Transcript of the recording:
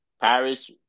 Paris